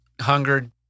hungered